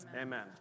Amen